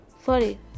sorry